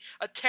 attack